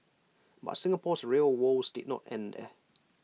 but Singapore's rail woes did not end there